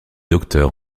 docteur